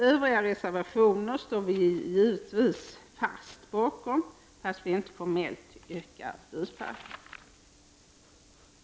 Övriga reservationer står vi moderater givetvis bakom fastän vi inte formellt yrkar bifall till dem.